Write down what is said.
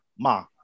Ma